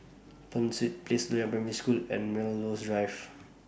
Penshurst Place Loyang Primary School and Melrose Drive